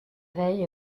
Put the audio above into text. veille